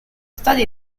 stati